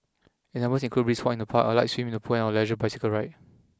examples include Brisk walks in the park a light swim in the pool or a leisurely bicycle ride